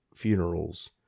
funerals